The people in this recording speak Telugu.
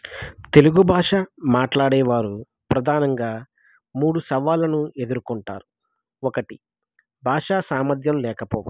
తెలుగు భాష మాట్లాడేవారు ప్రధానంగా మూడు సవాళ్ళను ఎదురుకుంటారు ఒకటి భాషా సామర్థ్యం లేకపోవడం